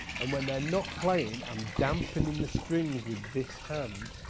and when they're not playing, i'm dampening the strings with this hand.